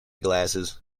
glasses